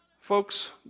Folks